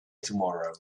tomorrow